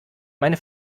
meine